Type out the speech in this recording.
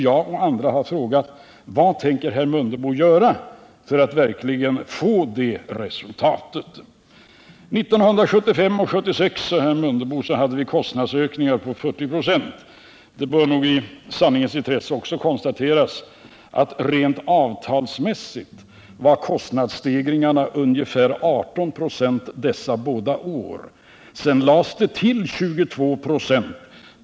Jag och andra har frågat vad herr Mundebo tänker göra för att verkligen uppnå det resultatet. 1975 och 1976, sade herr Mundebo, hade vi en kostnadsökning på 40 96. Det bör nog i sanningens intresse också konstateras att kostnadsstegringen rent avtalsmässigt under dessa båda år var ungefär 18 26.